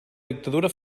dictadura